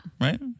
Right